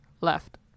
left